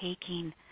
taking